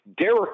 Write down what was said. Derek